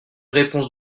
réponse